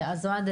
אז אוהד,